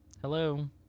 Hello